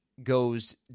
goes